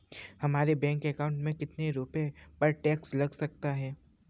हमारे bank account में कितने रुपये पर टैक्स लग सकता है?